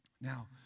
Now